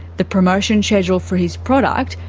the promotion schedule for his product,